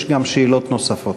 יש גם שאלות נוספות.